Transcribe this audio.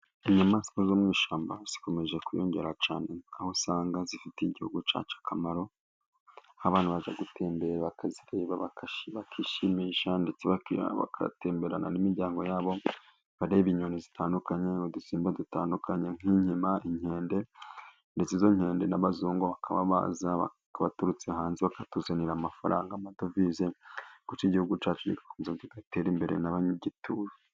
Inyamaswa zo mu ishyamba zikomeje kwiyongeraho cyane. Aho usanga zifitiye igihugu cyacu akamaro. Abantu bajya gutembera bakazireba bakishimisha, ndetse bagatemberana n'imiryango yabo, bareba inyoni zitandukanye n'udusimba dutandukanye, nk'inkima, inkende ndetse izo nkende n'abazungu bakaba baza baturutse hanze bakatuzanira amadovize. Bityo igihugu cyacu kikiteza imbere n'abagituye.